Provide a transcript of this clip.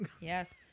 yes